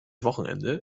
wochenende